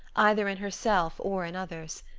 either in herself or in others.